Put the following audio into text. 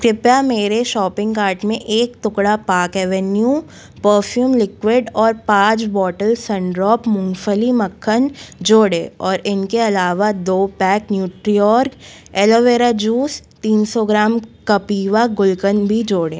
कृपया मेरे shopping cart में एक टुकड़ा पाक एवेन्यू पाफ़्यूम लिक्विड और पाँच बॉटल सनड्रॉप मूँगफली मक्खन जोड़ें और इनके अलावा दो पैक न्यूट्रीऑर्ग एलोवेरा जूस तीन सौ ग्राम कपीवा गुलकंद भी जोड़ें